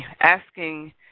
asking